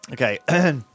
Okay